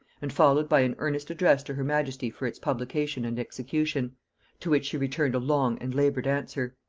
and followed by an earnest address to her majesty for its publication and execution to which she returned a long and labored answer.